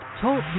Talk